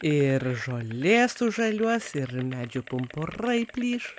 ir žolė sužaliuos ir medžių pumpurai plyš